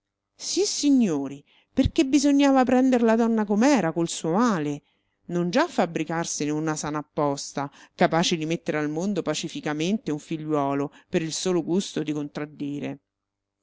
sissignori perché bisognava prender la donna com'era col suo male non già fabbricarsene una sana apposta capace di mettere al mondo pacificamente un figliuolo per il solo gusto di contraddire